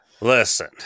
Listen